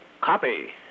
Copy